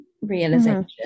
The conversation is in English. realization